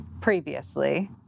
previously